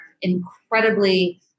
incredibly